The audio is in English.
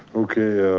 okay.